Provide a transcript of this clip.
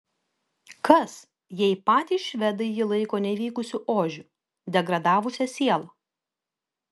kas jei patys švedai jį laiko nevykusiu ožiu degradavusia siela